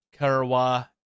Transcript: Karawa